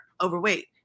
overweight